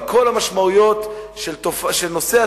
על כל המשמעויות של הנושא,